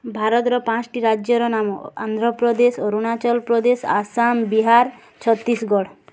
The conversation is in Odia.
ଭାରତର ପାଞ୍ଚଟି ରାଜ୍ୟର ନାମ ଆନ୍ଧ୍ରପ୍ରଦେଶ ଅରୁଣାଚଳପ୍ରଦେଶ ଆସାମ ବିହାର ଛତିଶଗଡ଼